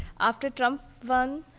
after trump won,